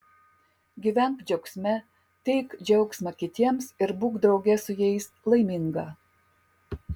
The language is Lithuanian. gyvenk džiaugsme teik džiaugsmą kitiems ir būk drauge su jais laiminga